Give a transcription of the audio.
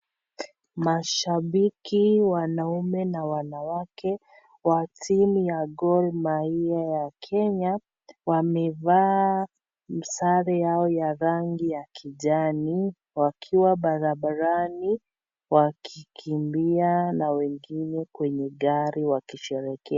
Mashabiki wanaume na wanawake, wa timu ya Gor Mahia ya Kenya. Wamevaa sare yao ya rangi ya kijani. Wakiwa barabara wakikimbia na wengine kwenye gari wakisherehekea.